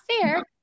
fair